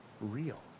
real